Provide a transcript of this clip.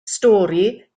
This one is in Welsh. stori